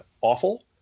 awful